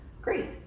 Great